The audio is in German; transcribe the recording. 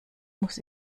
muss